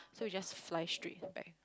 so we just flight straight back